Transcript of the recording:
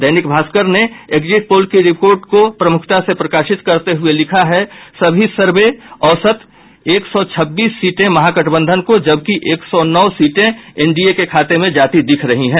दैनिग भास्कर ने exit poll की report को प्रमुखता से प्रकाशित करते हुये लिखा है सभी सर्वे औसत एक सौ छब्बीस सीटें महागठबंधन को जबकि एक सौ नौ सीटें एनडीए के खाते में जाती दिख रही हैं